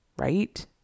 right